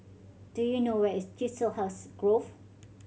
do you know where is Chiselhurst Grove